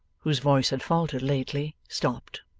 whose voice had faltered lately, stopped.